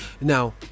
Now